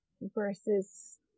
versus